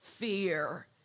Fear